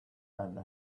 and